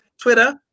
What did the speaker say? Twitter